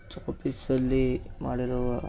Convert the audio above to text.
ಚಾಪ್ಪೀಸಲ್ಲಿ ಮಾಡಿರುವ